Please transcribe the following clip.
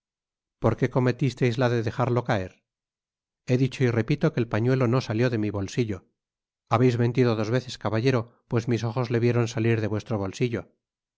qué cometisteis la de dejarlo caer he dicho y repito que el pañuelo no salió de mi bolsillo habeis mentido dos veces caballero pues mis ojos le vieron salir de vuestro bolsillo